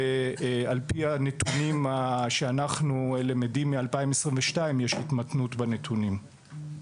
ועל פי הנתונים שאנחנו למדים משנת 2022 ישנה התמתנות בנתונים.